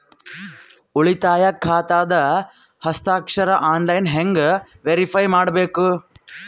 ಉಳಿತಾಯ ಖಾತಾದ ಹಸ್ತಾಕ್ಷರ ಆನ್ಲೈನ್ ಹೆಂಗ್ ವೇರಿಫೈ ಮಾಡಬೇಕು?